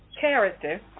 character